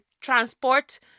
transport